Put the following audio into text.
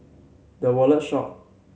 The Wallet Shop